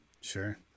Sure